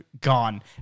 gone